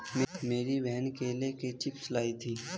मेरी बहन केले के चिप्स लाई थी